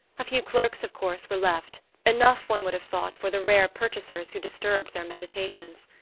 a few clerks, of course, were left enough, one would have thought, for the rare purchasers who disturbed their meditations.